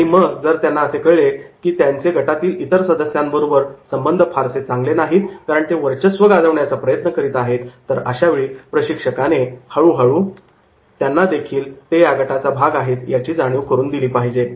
आणि जर त्यांना असे कळले की त्यांचे गटातील इतर सदस्यांबरोबर संबंध फारसे चांगले नाहीतकारण ते वर्चस्व गाजवण्याचा प्रयत्न करीत आहेत तरअशावेळी प्रशिक्षकाने हळूहळू त्यांना ते देखील या गटाचा भाग आहेत याची जाणीव करून दिली पाहिजे